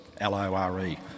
L-O-R-E